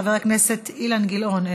חבר הכנסת אילן גילאון,